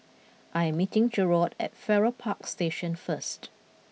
I am meeting Jerod at Farrer Park Station first